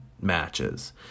matches